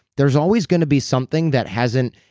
there's always going to be something that hasn't.